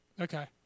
Okay